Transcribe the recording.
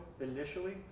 initially